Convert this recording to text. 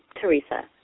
Teresa